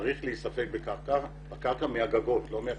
צריך להיספג בקרקע מהגגות ולא מהכבישים.